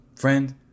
Friend